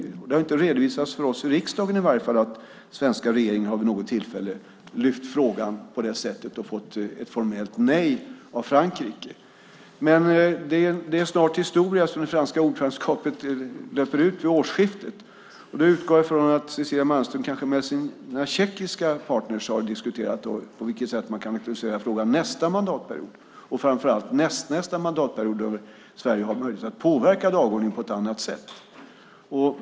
Det har i alla fall inte redovisats för oss i riksdagen att svenska regeringen vid något tillfälle har lyft fram frågan och fått ett formellt nej av Frankrike. Men det är snart historia, eftersom det franska ordförandeskapet löper ut vid årsskiftet. Då utgår jag från att Cecilia Malmström kanske med sina tjeckiska partner har diskuterat på vilket sätt man kan aktualisera frågan nästa mandatperiod och framför allt nästnästa mandatperiod, då Sverige har möjlighet att påverka dagordningen på ett annat sätt.